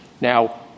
Now